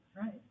Right